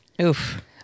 Oof